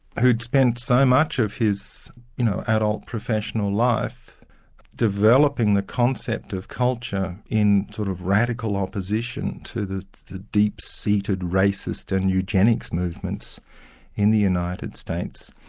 who'd spent so much of his you know adult professional life developing the concept of culture in sort of radical opposition to the the deep seated racist and eugenics movements in the united states,